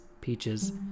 peaches